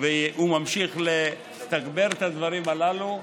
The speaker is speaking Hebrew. והוא ממשיך לתגבר את הדברים הללו.